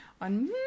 on